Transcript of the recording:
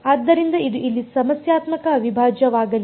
ಆದ್ದರಿಂದ ಇದು ಇಲ್ಲಿ ಸಮಸ್ಯಾತ್ಮಕ ಅವಿಭಾಜ್ಯವಾಗಲಿದೆ